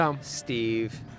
Steve